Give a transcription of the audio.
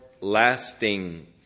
lasting